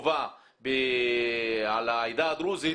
חובה על העדה הדרוזית,